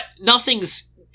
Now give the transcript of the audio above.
Nothing's